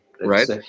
right